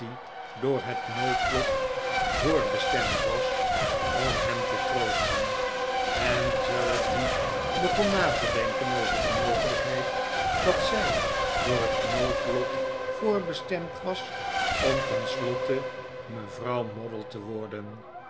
door het noodlot voorbestemd was om hem te troosten en charity begon na te denken over de mogelijkheid dat zij door het noodlot voorbestemd was om tenslotte mevrouw moddle te worden